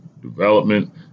development